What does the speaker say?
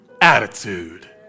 attitude